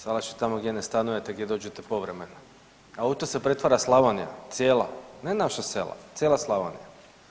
Salaš je tamo gdje ne stanujete, gdje dođete povremeno, a u to se pretvara Slavonija, cijela, ne naša sela, cijela Slavonija.